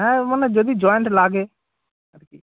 হ্যাঁ মানে যদি জয়েন্ট লাগে আর কি